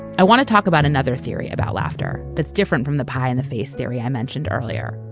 i want to talk about another theory about laughter that's different from the pie-in-the-face theory i mentioned earlier.